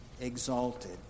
exalted